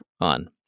on